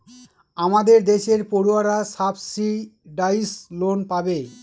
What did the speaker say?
আমাদের দেশের পড়ুয়ারা সাবসিডাইস লোন পাবে